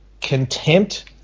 contempt